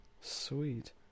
Sweet